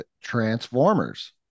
Transformers